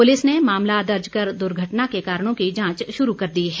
police में मामला दर्ज कर दुर्घटना के कारणों की जांच शुरू कर दी है